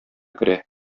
керә